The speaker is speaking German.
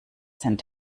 sind